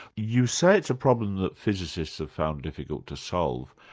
you say it's a problem that physicists have found difficult to solve.